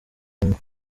lungu